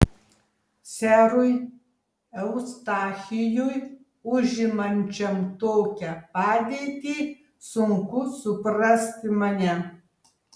serui eustachijui užimančiam tokią padėtį sunku suprasti mane